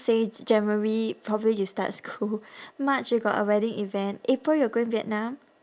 say january probably you start school march you got a wedding event april you're going vietnam